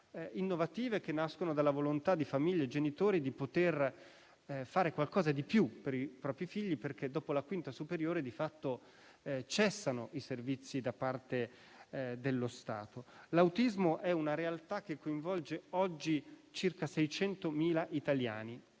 innovative che nascono dalla volontà di famiglie e genitori di poter fare qualcosa di più per i propri figli, perché dopo la quinta superiore di fatto cessano i servizi da parte dello Stato. L'autismo è una realtà che coinvolge oggi circa 600.000 italiani: